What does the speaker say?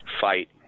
fight